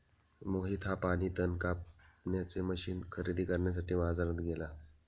मोहित हा पाणी तण कापण्याचे मशीन खरेदी करण्यासाठी बाजारात गेला